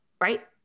right